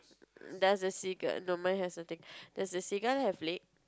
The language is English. there's a cigar no mine has a thing does the cigar have a flame